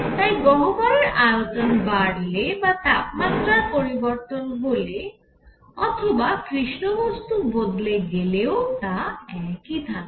তাই গহ্বরের আয়তন বাড়ালে বা তাপমাত্রা পরিবর্তন হলে অথবা কৃষ্ণ বস্তু বদলে গেলেও তা একই থাকে